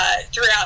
Throughout